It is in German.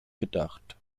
gedacht